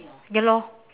ya lor